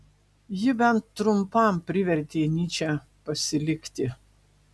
ji bent trumpam privertė nyčę pasilikti